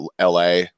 LA